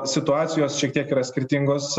situacijos šiek tiek yra skirtingos